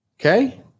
Okay